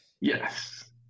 Yes